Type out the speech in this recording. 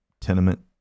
tenement